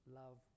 love